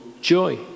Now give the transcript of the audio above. joy